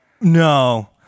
No